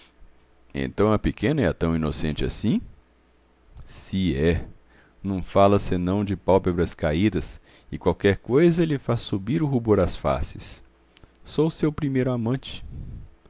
então a pequena é tão inocente assim se é não fala senão de pálpebras caídas e qualquer coisa lhe faz subir o rubor às faces sou o seu primeiro amante